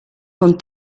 con